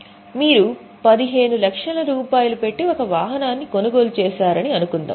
మీరు 15 లక్షల రూపాయలు పెట్టి ఒక వాహనాన్ని కొనుగోలు చేశారని అనుకుందాం